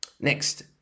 Next